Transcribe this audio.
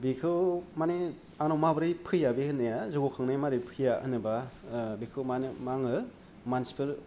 बेखौ मानि आंनाव माब्रै फैया बे होन्नाया जौगाखांनाय मारै फैया होनोबा बेखौ मानो माङो मानसिफोर